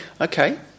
okay